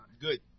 good